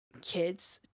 kids